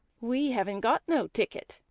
we haven't got no ticket.